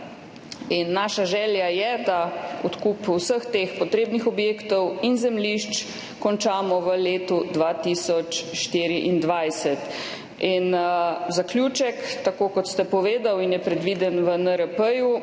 Naša želja je, da odkup vseh teh potrebnih objektov in zemljišč končamo v letu 2024. Zaključek, tako kot ste povedali in je predviden v NRP,